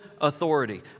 authority